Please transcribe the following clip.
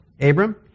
Abram